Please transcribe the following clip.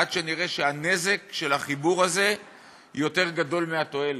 עד שאני אראה שהנזק של החיבור הזה יותר גדול מהתועלת,